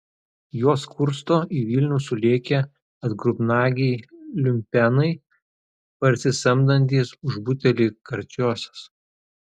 juos kursto į vilnių sulėkę atgrubnagiai liumpenai parsisamdantys už butelį karčiosios